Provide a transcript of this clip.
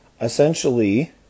essentially